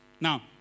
Now